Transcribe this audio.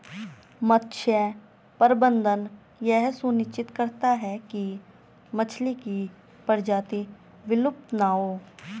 मत्स्य प्रबंधन यह सुनिश्चित करता है की मछली की प्रजाति विलुप्त ना हो